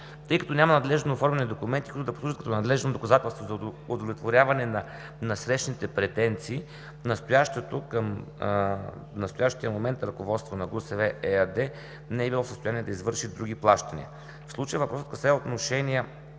Тъй като няма надлежно оформени документи, които да послужат като надлежно доказателство за удовлетворяване на насрещните претенции, настоящото към настоящия момент ръководство на ГУСВ – ЕАД, не е било в състояние да извърши други плащания. В случая въпросът касае отношения